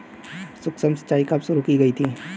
सूक्ष्म सिंचाई कब शुरू की गई थी?